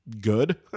good